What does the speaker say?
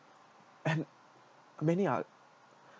and many are